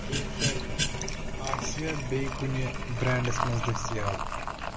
wafer آسیٛا بیٚیہِ کُنہِ برٛینٛڈَس مَنٛز دٔستِیاب